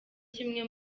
kimwe